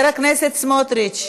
הכנסת סמוטריץ,